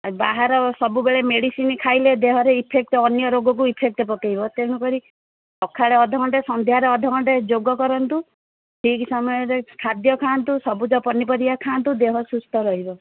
ବାହାର ସବୁବେଳେ ମେଡିସିନ୍ ଖାଇଲେ ଦେହରେ ଇଫେକ୍ଟ୍ ଅନ୍ୟ ରୋଗକୁ ଇଫେକ୍ଟ ପକେଇବ ତେଣୁ କରି ସକାଳେ ଅଧ ଘଣ୍ଟେ ସନ୍ଧ୍ୟାରେ ଅଧ ଘଣ୍ଟେ ଯୋଗ କରନ୍ତୁ ଠିକ୍ ସମୟରେ ଖାଦ୍ୟ ଖାଆନ୍ତୁ ସବୁଜ ପନିପରିବା ଖାଆନ୍ତୁ ଦେହ ସୁସ୍ଥ ରହିବ